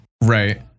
Right